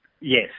Yes